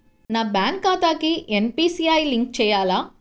నా బ్యాంక్ ఖాతాకి NPCI link చేయాలా?